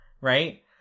right